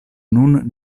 nun